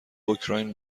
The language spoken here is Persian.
اوکراین